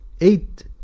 eight